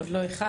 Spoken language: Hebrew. עוד לא הכנו.